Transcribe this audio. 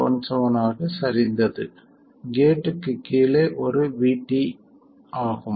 17 ஆக சரிந்தது கேட்க்கு கீழே ஒரு VT ஆகும்